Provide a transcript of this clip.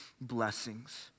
blessings